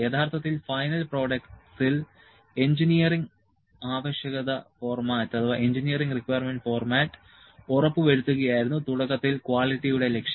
യഥാർത്ഥത്തിൽ ഫൈനൽ പ്രോഡക്ട്സിൽ എഞ്ചിനീയറിംഗ് ആവശ്യകത ഫോർമാറ്റ് ഉറപ്പുവരുത്തുകയായിരുന്നു തുടക്കത്തിൽ ക്വാളിറ്റിയുടെ ലക്ഷ്യം